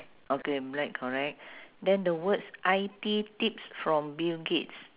okay black correct then the words I_T tips from bill gates